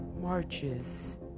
marches